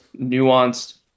nuanced